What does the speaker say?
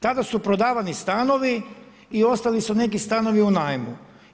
Tada su prodavani stanovi i ostali su neki stanovi u najmu.